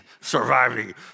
surviving